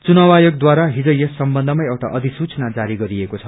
चुनाव आयोगद्वारा हिज यस सम्बन्धमाा एउटा अधिसूचना जारी गरिएको छ